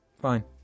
Fine